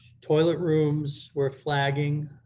toilet rooms were flagging,